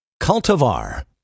Cultivar